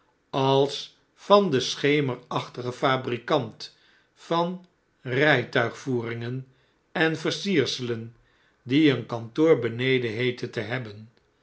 als van den schemerachtigen fabrikant van rjtuigvoeringen en versierselen die een kantoor beneden heette te hebben